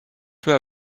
peu